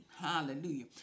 Hallelujah